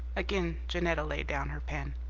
again janetta laid down her pen.